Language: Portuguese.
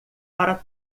para